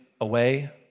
away